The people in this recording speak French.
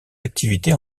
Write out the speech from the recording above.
activités